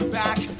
back